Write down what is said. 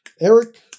Eric